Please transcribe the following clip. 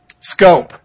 scope